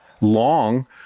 long